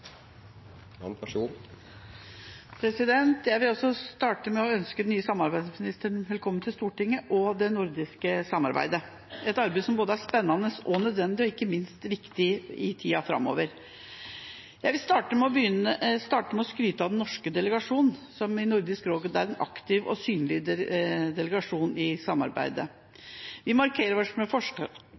jeg vil starte med å ønske den nye samarbeidsministeren velkommen til Stortinget og det nordiske samarbeidet, et arbeid som er både spennende og nødvendig – og ikke minst viktig i tida framover. Jeg vil skryte av den norske delegasjonen i Nordisk råd, som er en aktiv og synlig delegasjon i samarbeidet. Vi markerer oss med